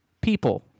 people